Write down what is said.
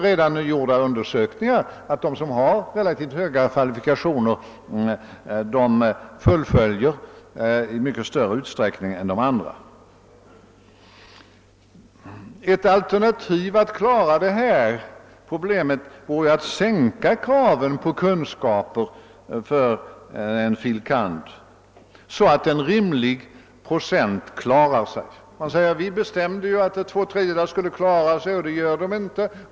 Redan gjorda undersökningar visar att de som har relativt höga kvalifikationer i mycket större utsträckning än de andra fullföljer sina studier. Ett alternativ att klara detta problem vore att sänka kraven på kunskaper för en fil. kand.-examen, så att en rimlig procentandel klarar den. Man säger: »Vi har bestämt att två tredjedelar skall klara sig, men det gör de inte.